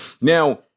Now